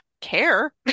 care